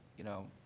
you know,